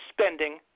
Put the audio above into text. spending